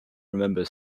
remember